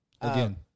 again